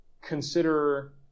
Consider